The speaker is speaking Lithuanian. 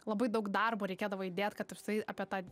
labai daug darbo reikėdavo įdėt kad ir tai apie tą